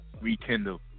rekindle